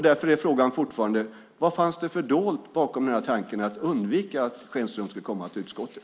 Därför är frågan fortfarande: Vad finns det fördolt bakom tanken att undvika att Schenström ska komma till utskottet?